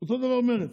אותו דבר מרצ.